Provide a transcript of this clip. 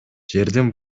жердин